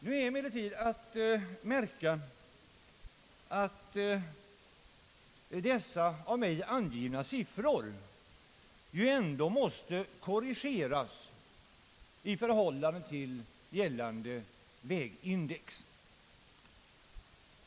Nu är emellertid att märka att den av mig angivna siffran måste korrigeras i förhållande till gällande vägindex.